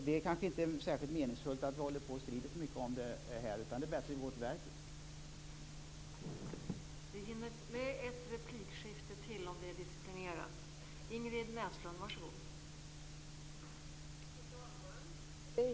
Det är kanske inte särskilt meningsfullt att vi strider så mycket om det här, utan det är bättre att vi går till verket.